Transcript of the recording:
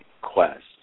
quest